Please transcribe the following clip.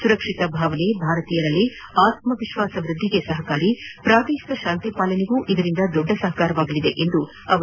ಸುರಕ್ಷಿತ ಭಾವನೆ ಭಾರತೀಯರಲ್ಲಿ ಆತ್ಮವಿಶ್ವಾಸ ಹೆಚ್ಚಿಸಿ ಪ್ರಾದೇಶಿಕ ಶಾಂತಿಪಾಲನೆಗೆ ಇದರಿಂದ ದೊಡ್ಡ ಸಹಕಾರವಾಗಲಿದೆ ಎಂದರು